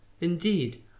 indeed